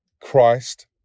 Christ